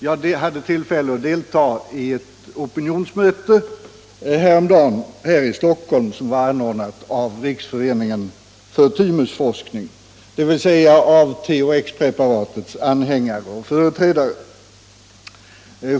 Jag hade tillfälle att delta i ett opinionsmöte häromdagen i Stockholm, som var anordnat av Riksföreningen för thymusforskning, dvs. av THX preparatets anhängare och företrädare.